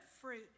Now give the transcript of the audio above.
fruit